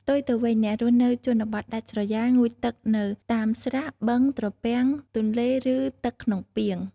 ផ្ទុយទៅវិញ អ្នករស់នៅជនបទដាច់ស្រយាលងូតទឹកនៅតាមស្រះ បឹង ត្រពាំង ទន្លេ ឬ ទឹកក្នុងពាង។